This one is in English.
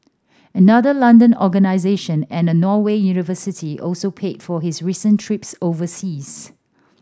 another London organisation and a Norway university also paid for his recent trips overseas